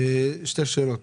שתי שאלות.